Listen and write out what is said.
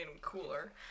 cooler